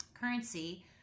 currency